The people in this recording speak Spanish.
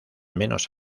menos